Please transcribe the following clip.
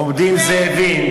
עומדים זאבים.